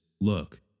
look